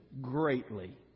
greatly